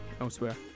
elsewhere